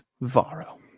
Varro